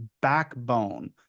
backbone